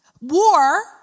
war